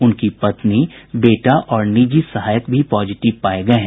उनकी पत्नी बेटा और निजी सहायक भी पॉजिटिव पाये गये हैं